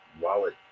wallet